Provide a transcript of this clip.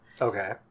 Okay